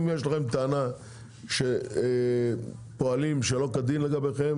אם יש לכם טענה שפועלים שלא כדין לגביכם,